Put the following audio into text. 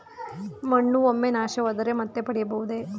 ಮಣ್ಣು ಒಮ್ಮೆ ನಾಶವಾದರೆ ಮತ್ತೆ ಪಡೆಯಬಹುದೇ?